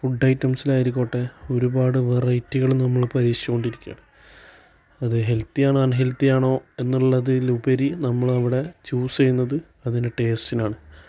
food ഐറ്റംസിലായിക്കോട്ടെ ഒരുപാട് വറൈറ്റികള് നമ്മള് പരീക്ഷിച്ചുകൊണ്ടിരിക്കുകയാണ് അത് ഹെൽത്തിയാണോ അൺ ഹെൽത്തിയാണോ എന്നുള്ളതിലുപരി നമ്മൾ അവിടെ ചൂസ് ചെയ്യുന്നത് അതിൻ്റെ ടേസ്റ്റിനാണ്